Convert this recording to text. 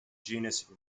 genus